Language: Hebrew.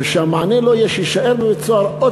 ושהמענה לא יהיה שיישאר בבית-סוהר עוד